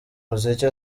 muziki